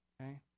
okay